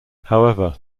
however